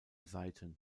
seiten